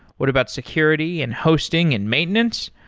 what about security and hosting and maintenance?